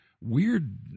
Weird